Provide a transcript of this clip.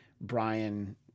Brian